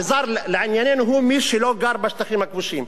וזר לעניינו הוא מי שלא גר בשטחים הכבושים,